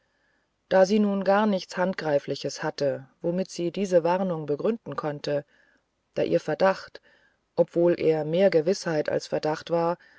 da sie nun gar nichts handgreifliches hatte womit sie diese warnung begründen konnte da ihr verdacht obwohl er mehr gewißheit als verdacht war